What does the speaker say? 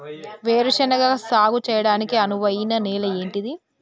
వేరు శనగ సాగు చేయడానికి అనువైన నేల ఏంటిది?